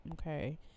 Okay